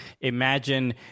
imagine